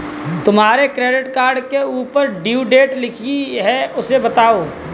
तुम्हारे credit card के ऊपर ड्यू डेट लिखी है उसे बताओ